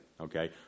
okay